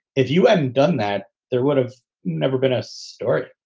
if you hadn't done that, there would have never been a story